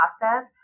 process